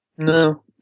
no